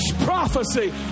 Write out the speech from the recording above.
prophecy